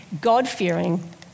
God-fearing